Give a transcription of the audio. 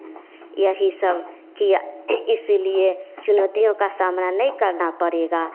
यही सब किया इसलिए चुनौतियों का सामना नहीं करना पड़ेगा